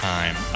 Time